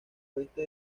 oeste